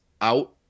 out